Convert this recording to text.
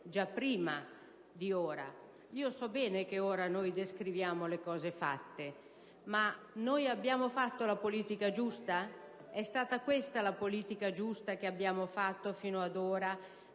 già da prima. So bene che ora noi descriviamo le cose fatte: ma noi abbiamo fatto la politica giusta? È stata giusta la politica che abbiamo fatto finora,